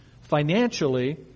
financially